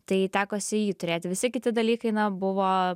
tai tekosi jį turėti visi kiti dalykai na buvo